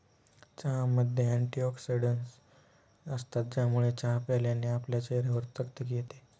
चहामध्ये अँटीऑक्सिडन्टस असतात, ज्यामुळे चहा प्यायल्याने आपल्या चेहऱ्यावर तकतकी येते